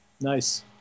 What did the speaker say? Nice